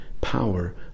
power